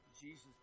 Jesus